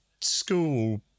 school